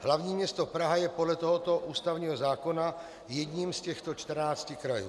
Hlavní město Praha je podle tohoto ústavního zákona jedním z těchto 14 krajů.